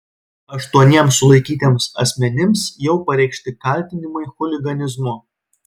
aštuoniems sulaikytiems asmenims jau pareikšti kaltinimai chuliganizmu